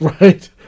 right